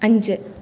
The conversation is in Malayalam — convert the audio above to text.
അഞ്ച്